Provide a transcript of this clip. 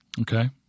Okay